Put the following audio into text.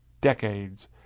decades